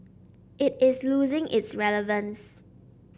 it is losing its relevance